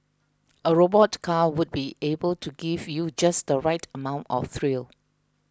a robot car would be able give you just the right amount of thrill